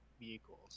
vehicles